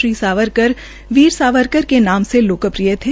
श्री सावरकर वीर सावरकर के नाम लोकप्रिय थे